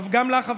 גם לך,